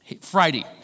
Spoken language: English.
Friday